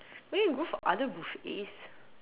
we can go for other buffets